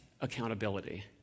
accountability